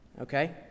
okay